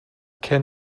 can